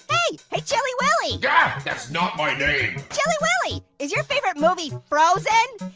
hey, hey chilly willy. gah, that's not my name. chilly willy, is your favorite movie frozen?